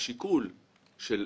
כפי שהיה אמור להיות --- תגיד לי איזה,